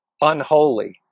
unholy